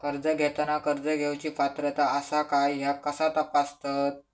कर्ज घेताना कर्ज घेवची पात्रता आसा काय ह्या कसा तपासतात?